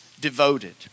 devoted